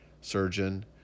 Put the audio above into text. surgeon